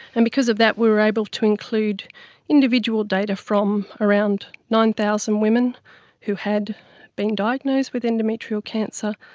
and because of that we were able to include individual data from around nine thousand women who had been diagnosed with endometrial cancer,